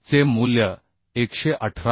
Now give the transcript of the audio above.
चे मूल्य 118